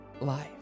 life